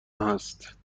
هست